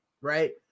right